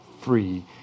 free